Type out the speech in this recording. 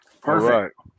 Perfect